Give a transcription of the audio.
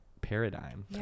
paradigm